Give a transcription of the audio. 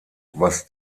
was